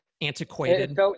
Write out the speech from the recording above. antiquated